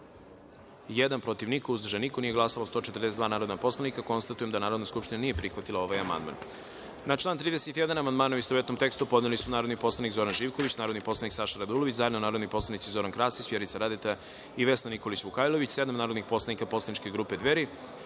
protiv – niko, uzdržanih – nema, nije glasao 141 narodni poslanik. Konstatujem da Narodna skupština nije prihvatila ovaj amandman. Na član 28. amandmane, u istovetnom tekstu, podneli su narodni poslanik Zoran Živković, narodni poslanik Saša Radulović, zajedno narodni poslanici Zoran Krasić, Vjerica Radeta i Marko Milenković, sedam narodnih poslanik poslaničke grupe Dveri